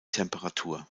temperatur